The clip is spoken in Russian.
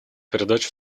передачу